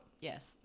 yes